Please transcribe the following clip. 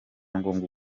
ngombwa